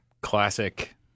classic